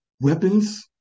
weapons